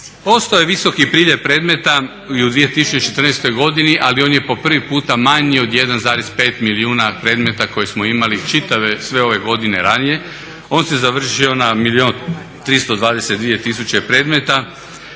je visoki priljev predmeta i u 2014. ali on je po prvi puta manji od 1,5 milijuna predmeta koje smo imali čitave, sve ove godine ranije. On se završio na milijun 322 tisuće predmeta